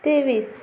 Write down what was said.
तेवीस